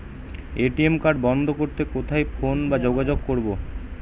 ATM card বন্ধ করতে কোথায় ফোন বা যোগাযোগ করব?